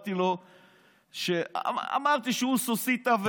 אמרתי שהוא סוסיתא,